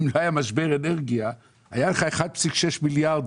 אם לא היה משבר אנרגיה היה לך 1.6 מיליארד